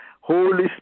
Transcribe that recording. Holy